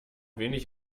wenig